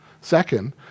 Second